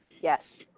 Yes